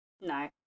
no